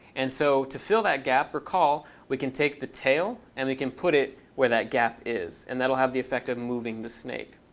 and so to fill that gap, recall we can take the tail and we can put it where that gap is. and that'll have the effect of moving the snake.